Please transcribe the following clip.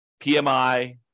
PMI